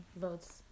votes